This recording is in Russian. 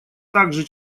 также